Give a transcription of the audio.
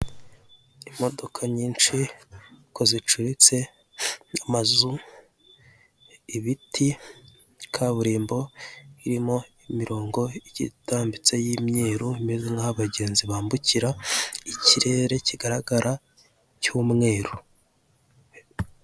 Imodoka nyinshi ariko zicuritse, amazu, ibiti, kaburimbo irimo imirongo igiye itambitse y' imyeru, imeze nk'aho abagenzi bambukira, ikirere kigaragara cy'umweru.